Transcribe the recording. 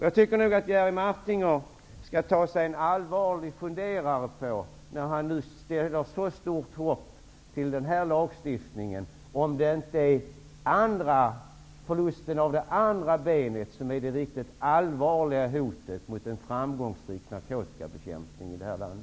Jag tycker att Jerry Martinger skall ta sig en ordentlig funderare, när han nu ställer så stort hopp till den här lagstiftningen, om det inte är förlusten av ''det andra benet'' som är det riktigt allvarliga hotet mot en framgångsrik narkotikabekämpning i vårt land.